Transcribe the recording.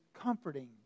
comforting